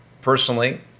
personally